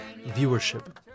viewership